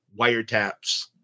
wiretaps